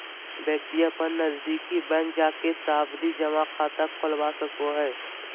व्यक्ति अपन नजदीकी बैंक जाके सावधि जमा खाता खोलवा सको हय